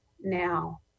now